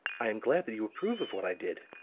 i am glad that you approve of what i did,